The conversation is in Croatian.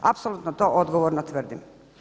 Apsolutno to odgovorno tvrdim.